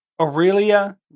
Aurelia